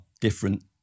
different